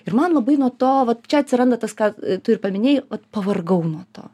ir man labai nuo to vat čia atsiranda tas ką tu ir paminėjai pavargau nuo to